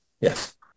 yes